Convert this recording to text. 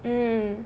mmhmm